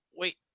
wait